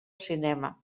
cinema